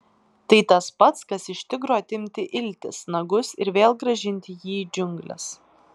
tai tas pats kas iš tigro atimti iltis nagus ir vėl grąžinti jį į džiungles